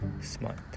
smart